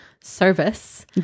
service